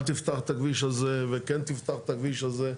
אל תפתח את הכביש הזה וכן תפתח את הכביש הזה.